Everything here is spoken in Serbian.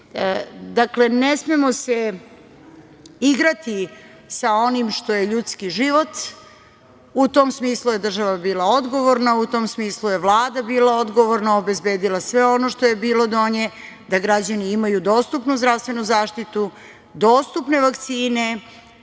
dogodi. Dakle, ne smemo se igrati sa onim što je ljudski život. U tom smislu je država bila odgovorna. U tom smislu je Vlada bila odgovorna, obezbedila sve ono što je bilo do nje, da građani imaju dostupnu zdravstvenu zaštitu, dostupne vakcine,